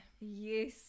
yes